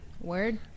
Word